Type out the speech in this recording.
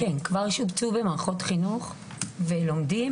שובצו במערכות חינוך ולומדים.